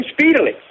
speedily